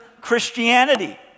Christianity